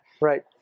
right